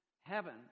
heaven